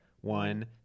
One